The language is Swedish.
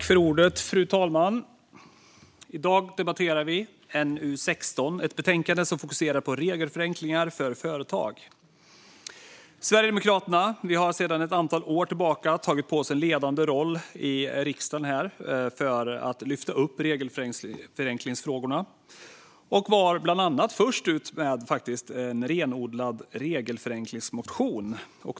Fru talman! I dag debatterar vi NU16, ett betänkande som fokuserar på regelförenklingar för företag. Vi i Sverigedemokraterna har sedan ett antal år tillbaka tagit på oss en ledande roll i riksdagen för att lyfta fram regelförenklingsfrågorna. Vi var bland annat först ut med en renodlad regelförenklingsmotion.